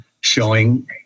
showing